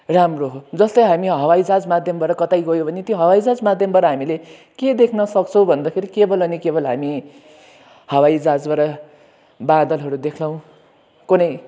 राम्रो हो जस्तै हामी हवाईजहाज माध्यमबाट कतै गयो भने त्यो हवाई माध्यमबाट हामीले के देख्न सक्छौँ भन्दाखेरि केवल अनि केवल हामी हवाईजहाजबाट बादलहरू देख्लौँ कुनै